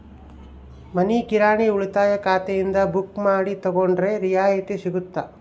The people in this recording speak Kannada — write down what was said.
ಮನಿ ಕಿರಾಣಿ ಉಳಿತಾಯ ಖಾತೆಯಿಂದ ಬುಕ್ಕು ಮಾಡಿ ತಗೊಂಡರೆ ರಿಯಾಯಿತಿ ಸಿಗುತ್ತಾ?